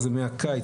זה מהקיץ,